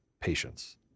patience